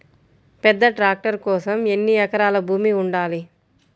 పెద్ద ట్రాక్టర్ కోసం ఎన్ని ఎకరాల భూమి ఉండాలి?